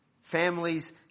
Families